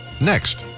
Next